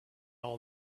all